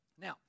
Now